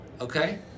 Okay